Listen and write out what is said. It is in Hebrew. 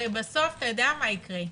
הרי בסוף אתה יודע מה יקרה.